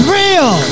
real